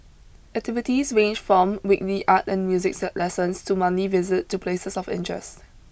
activities range from weekly art and musics lessons to monthly visit to places of interests